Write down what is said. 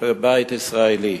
בבית ישראלי.